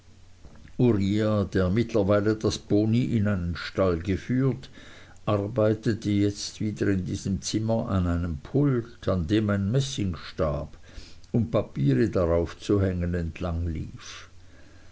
der mittlerweile das pony in einen stall geführt arbeitete jetzt wieder in diesem zimmer an einem pult an dem ein messingstab um papiere darauf zu hängen entlang lief